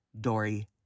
Dory